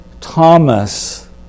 Thomas